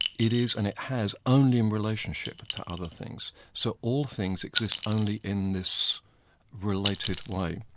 it is and it has, only in relationship to other things. so all things exist only in this related way,